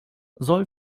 soll